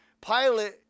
Pilate